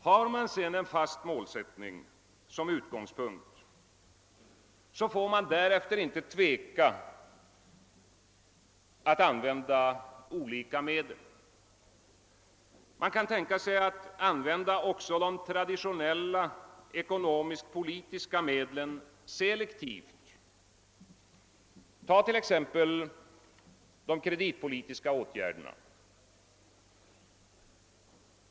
Har man en fast målsättning som utgångspunkt får man sedan inte tveka att använda olika medel. Man kan tänka sig att använda också de traditionella ekonomiskt-politiska medlen selektivt. Tag t.ex. de kre ditpolitiska åtgärderna.